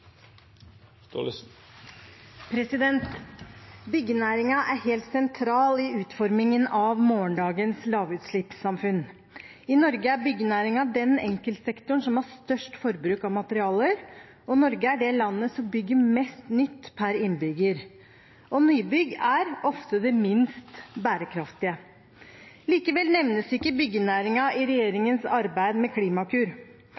er helt sentral i utformingen av morgendagens lavutslippssamfunn. I Norge er byggenæringen den enkeltsektoren som har størst forbruk av materialer, og Norge er det landet som bygger mest nytt per innbygger. Nybygg er ofte det minst bærekraftige. Likevel nevnes ikke byggenæringen i